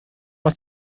aus